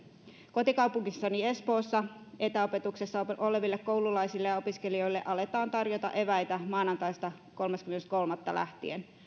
kotikaupungissani espoossa etäopetuksessa oleville koululaisille ja opiskelijoille aletaan tarjota eväitä maanantaista kolmaskymmenes kolmatta lähtien